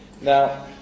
Now